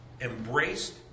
embraced